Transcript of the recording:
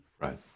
Right